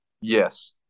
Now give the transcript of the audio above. Yes